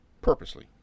purposely